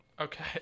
Okay